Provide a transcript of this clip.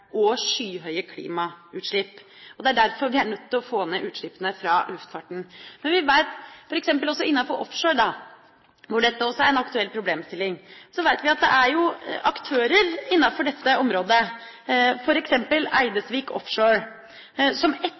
og skyhøye klimautslipp. Det er derfor vi er nødt til å få ned utslippene fra luftfarten. Innenfor offshore, hvor dette også er en aktuell problemstilling, vet vi at det er aktører, f.eks. Eidesvik Offshore, som etterlyser en satsing på dette området, fordi de ser det som et